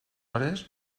hores